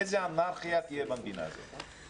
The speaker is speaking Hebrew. איזה אנרכיה תהיה במדינה הזאת.